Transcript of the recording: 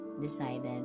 decided